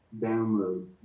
downloads